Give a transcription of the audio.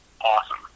awesome